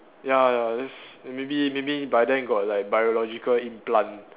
ya ya that's maybe maybe by then got like biological implant